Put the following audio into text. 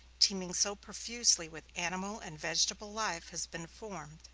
teeming so profusely with animal and vegetable life, has been formed,